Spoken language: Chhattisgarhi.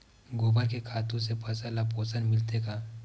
गोबर के खातु से फसल ल पोषण मिलथे का?